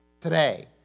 Today